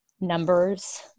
numbers